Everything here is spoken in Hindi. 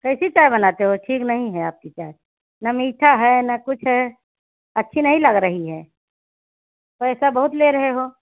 कैसी चाय बनाते हो ठीक नहीं है आपकी चाय ना मीठा है ना कुछ है अच्छी नहीं लग रही है पैसा बहुत ले रहे हो